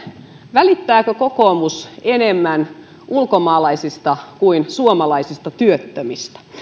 välittääkö kokoomus enemmän ulkomaalaisista kuin suomalaisista työttömistä